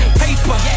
paper